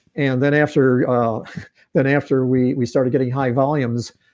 and then after then after we we started getting high volumes,